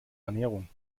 ernährung